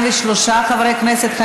43 חברי כנסת,